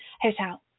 hotel